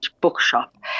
bookshop